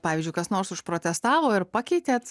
pavyzdžiui kas nors užprotestavo ir pakeitėt